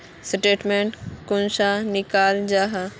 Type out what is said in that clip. Statement कुंसम निकले जाहा?